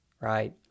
right